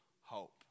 hope